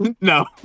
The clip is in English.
No